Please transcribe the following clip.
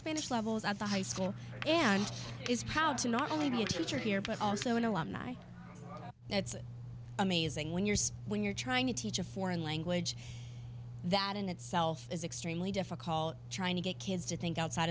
spanish levels at the high school and is proud to not only be a teacher here but also an alumni that's it amazing when your spouse when you're trying to teach a foreign language that in itself is extremely difficult trying to get kids to think outside